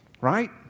right